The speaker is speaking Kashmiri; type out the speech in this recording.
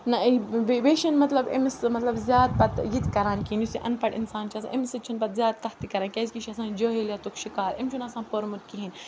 نہ بیٚیہِ چھِنہٕ مطلب أمِس مطلب زیادٕ پَتہٕ یہِ تہِ کَران کِہیٖنۍ یُس یہِ اَن پَڑھ اِنسان چھِ آسان أمِس سۭتۍ چھِنہٕ پَتہٕ زیادٕ کَتھٕ تہِ کَران کیٛازِکہِ یہِ چھُ آسان جہٲلیتُک شکار أمِس چھُنہٕ آسان پوٚرمُت کِہیٖنۍ